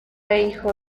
hijo